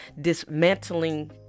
dismantling